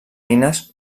eines